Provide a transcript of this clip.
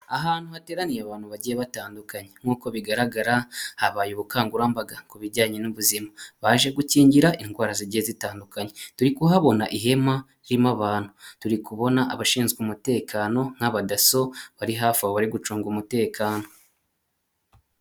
Ahantu hateraniye abantu bagiye batandukanye nk'uko bigaragara habaye ubukangurambaga ku bijyanye n'ubuzima baje gukingira indwara zigiye zitandukanye turi kuhabona ihema ririmo abantu, turi kubona abashinzwe umutekano nk'abadaso bari hafi aho bari gucunga umutekano.